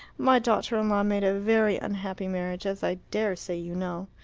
my daughter-in-law made a very unhappy marriage, as i dare say you know.